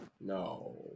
No